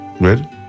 Ready